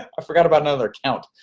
i forgot about another account,